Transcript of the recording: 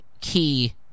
key